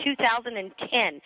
2010